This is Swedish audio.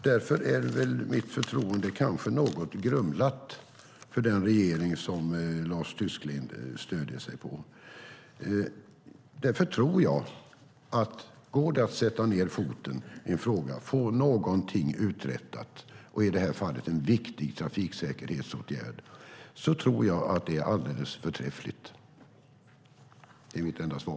Därför är väl mitt förtroende kanske något grumlat för den regering som Lars Tysklind stöder sig på. Går det att sätta ned foten i en fråga och få någonting uträttat, i det här fallet en viktig trafiksäkerhetsåtgärd, tror jag att det är alldeles förträffligt. Det är mitt enda svar.